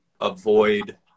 avoid